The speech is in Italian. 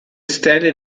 stelle